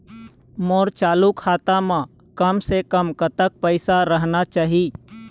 मोर चालू खाता म कम से कम कतक पैसा रहना चाही?